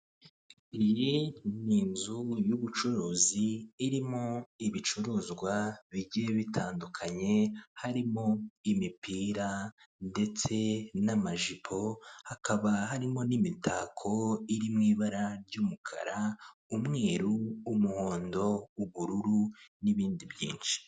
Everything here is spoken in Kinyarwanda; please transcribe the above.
Iyi ni inzu y'ubucuruzi irimo ibicuruzwa bigiye bitandukanye harimo imipira ndetse n'amajipo, hakaba harimo n'imitako iri mu ibara ry'umukara, umweru umuhondo ubururu n'ibindi byinshi.